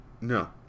No